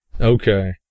Okay